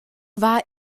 war